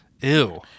Ew